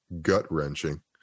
gut-wrenching